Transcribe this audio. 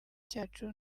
cyacu